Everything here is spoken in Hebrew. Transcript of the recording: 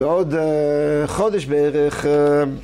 בעוד חודש בערך.